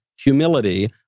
humility